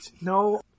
No